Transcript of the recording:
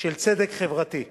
של צדק חברתי,